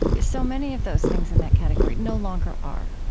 so many of those things in that category no longer are.